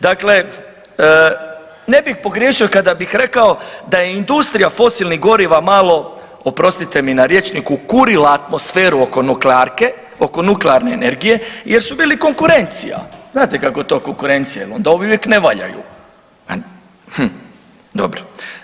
Dakle, ne bih pogriješio kada bih rekao da je industrija fosilnih govora malo, oprostite mi na rječniku, kurila atmosferu oko nuklearke, oko nuklearne energije jer su bili konkurencija, znate kako to konkurencija, jer onda ovi uvijek ne valjaju, dobro.